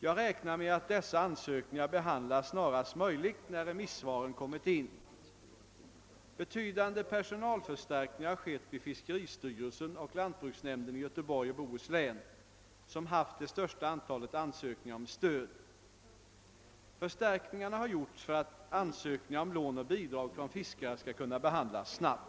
Jag räknar med att dessa ansökningar behandlas snarast möjligt när remissvaren kommit in. Betydande personalförstärk ningar har skett vid fiskeristyrelsen och lantbruksnämnden i Göteborgs och Bohus län, som haft det största antalet ansökningar om stöd. Förstärkningarna har gjorts för att ansökningar om lån och bidrag från fiskare skall kunna behandlas snabbt.